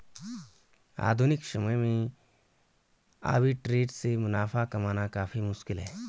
आधुनिक समय में आर्बिट्रेट से मुनाफा कमाना काफी मुश्किल है